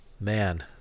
Man